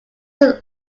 its